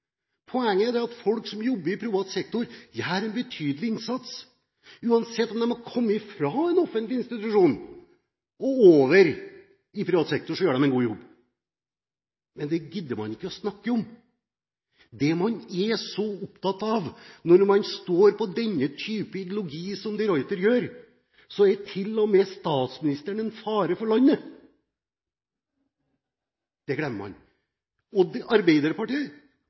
Poenget er at folk som jobber i privat sektor, gjør en betydelig innsats. Uansett om de har kommet fra en offentlig institusjon og over i privat sektor, gjør de en god jobb. Men det gidder man ikke å snakke om. Når man står for den typen ideologi som de Ruiter gjør, er man så opptatt av den at til og med statsministeren er en fare for landet. Det glemmer man. Arbeiderpartiet har stått for historiens største privatisering i Norge. Det